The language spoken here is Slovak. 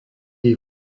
ich